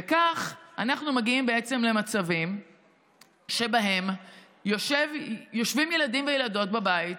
וכך אנחנו מגיעים בעצם למצבים שבהם יושבים ילדים וילדות בבית,